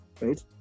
right